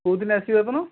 କେଉଁ ଦିନ ଆସିବେ ଆପଣ